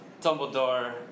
Dumbledore